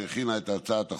שהכינה את הצעת החוק,